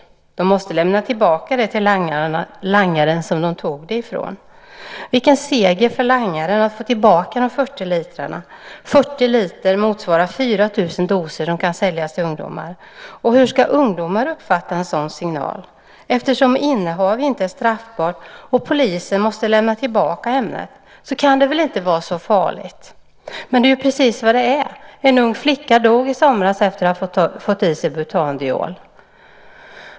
De måste lämna tillbaka det till den langare som de tog det ifrån. Vilken seger för langaren när han får tillbaka dessa 40 liter. 40 liter motsvarar 4 000 doser som kan säljas till ungdomar. Hur ska ungdomar uppfatta en sådan signal? Eftersom innehav inte är straffbart och polisen måste lämna tillbaka ämnet kan det väl inte vara så farligt! Men det är precis vad det är. En ung flicka dog i somras efter att ha fått i sig butandiol.